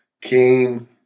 came